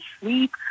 sleep